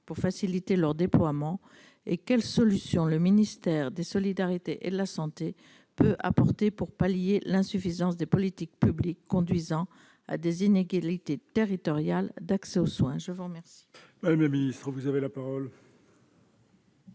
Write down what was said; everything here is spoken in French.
pour faciliter leur déploiement ? Quelles solutions le ministère des solidarités et de la santé peut-il apporter pour pallier l'insuffisance des politiques publiques, conduisant à des inégalités territoriales en matière d'accès aux soins ? La parole